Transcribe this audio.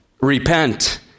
repent